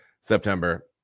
September